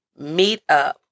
Meetup